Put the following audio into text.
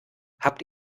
habt